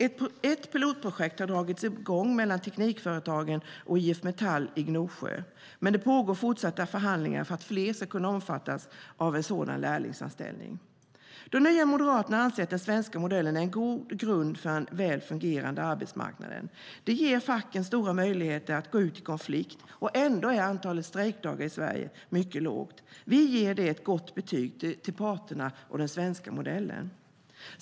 Ett pilotprojekt har dragits i gång mellan Teknikföretagen och IF Metall i Gnosjö, och det pågår fortsatta förhandlingar för att fler ska kunna omfattas av en sådan lärlingsanställning. Nya moderaterna anser att den svenska modellen utgör en god grund för en väl fungerande arbetsmarknad. Det ger facken stora möjligheter att gå ut i konflikt. Ändå är antalet strejkdagar i Sverige mycket lågt. Det ger ett gott betyg till parterna och den svenska modellen.